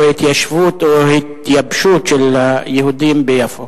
ההתיישבות או ההתייבשות של היהודים ביפו.